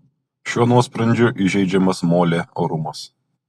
šiuo nuosprendžiu įžeidžiamas molė orumas